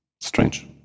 strange